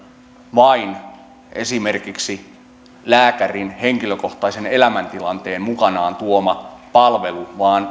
vain esimerkiksi lääkärin henkilökohtaisen elämäntilanteen mukanaan tuoma palvelu vaan